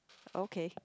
okay